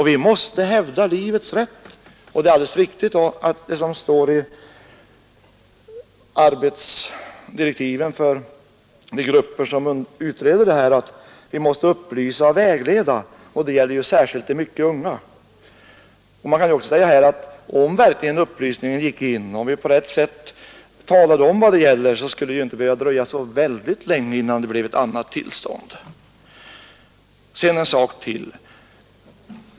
Vi måste nu hävda livets rätt Det är alldeles riktigt, som det står i direktiven för de arbetsgrupper som bedriver utredningsarbete på detta område, att vi måste upplysa och vägleda i dessa frågor, och det gäller särskilt de mycket unga. Om upplysningen verkligen var effektiv och om vi på rätt sätt gjorde klart vad det gäller, skulle det väl inte heller dröja så väldigt länge innan det blev andra förhållanden. Jag vill också ta upp en sak till.